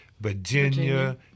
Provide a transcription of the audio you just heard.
Virginia